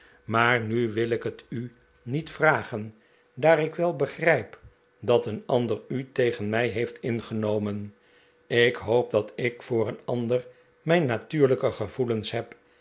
maar nu wil ik het u niet vragen daar ik wel begrijp dat een ander u tegen mij heeft ingenomen ik hoop dat ik voor een ander mijn natuurlijke gevoelens heb